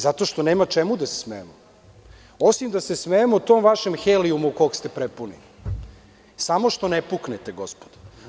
Zato što nema čemu da se smejemo, osim da se smejemo tom vašem helijumu kog ste prepunili, samo što ne puknete gospodo.